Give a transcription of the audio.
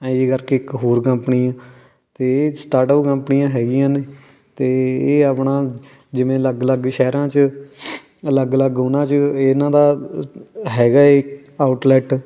ਇਹੀ ਜੀ ਕਰਕੇ ਇੱਕ ਹੋਰ ਕੰਪਨੀ ਆ ਅਤੇ ਇਹ ਸਟਾਰਟਅੱਪ ਕੰਪਨੀਆਂ ਹੈਗੀਆਂ ਨੇ ਅਤੇ ਇਹ ਆਪਣਾ ਜਿਵੇਂ ਅਲੱਗ ਅਲੱਗ ਸ਼ਹਿਰਾਂ ਚ ਅਲੱਗ ਅਲੱਗ ਉਹਨਾਂ 'ਚ ਇਹਨਾਂ ਦਾ ਹੈਗਾ ਏ ਆਊਟਲੈਟ